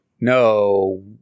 No